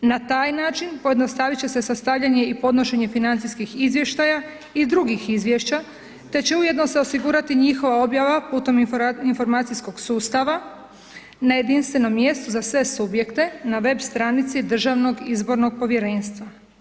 Na taj način pojednostaviti će se sastavljanje i podnošenje financijskih izvještaja i drugih izvješća, te će ujedno se osigurati i njihova objava putem informacijskog sustava na jedinstvenom mjestu za sve subjekte, na web stranici Državnog izbornog povjerenstva.